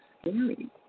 scary